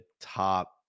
top